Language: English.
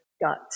gut